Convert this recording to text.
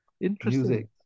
interesting